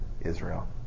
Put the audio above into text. Israel